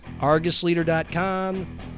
ArgusLeader.com